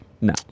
No